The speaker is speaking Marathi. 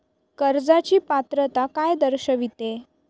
कर्जाची पात्रता काय दर्शविते?